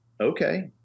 okay